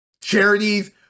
charities